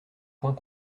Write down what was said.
point